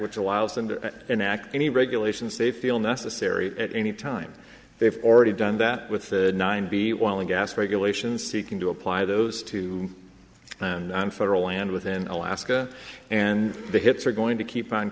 which allows them to enact any regulations they feel necessary at any time they've already done that with nine b while in gas regulation seeking to apply those to and on federal land within alaska and the hits are going to keep on